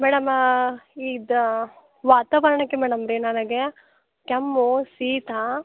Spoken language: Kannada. ಮೇಡಮ ಇದು ವಾತಾವರಣಕ್ಕೆ ಮೇಡಮ್ ರೀ ನನಗೆ ಕೆಮ್ಮು ಶೀತ